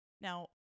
Now